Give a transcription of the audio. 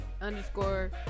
underscore